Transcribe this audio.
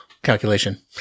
Calculation